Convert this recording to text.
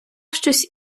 щось